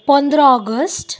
पन्ध्र अगस्त